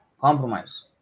compromise